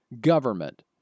government